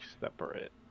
separate